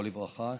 לברכה,